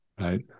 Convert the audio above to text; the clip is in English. right